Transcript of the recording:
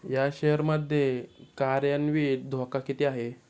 या शेअर मध्ये कार्यान्वित धोका किती आहे?